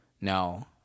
No